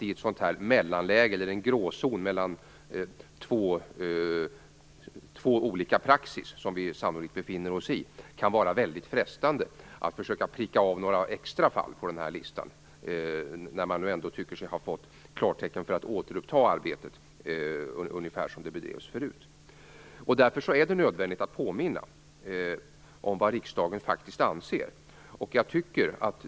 I en gråzon mellan två olika praxis, som vi sannolikt befinner oss i, kan det vara väldigt frestande att försöka pricka av några extra fall på listan, när man nu tycker sig ha fått klartecken för att återuppta arbetet på ungefär det sätt som det bedrevs förut. Därför är det nödvändigt att påminna om vad riksdagen faktiskt anser.